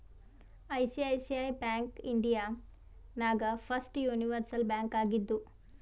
ICICI bank India ನಾಗ್ first universal bank ಆಗಿದ್ದು